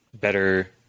better